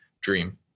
dream